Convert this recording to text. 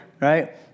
right